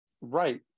Right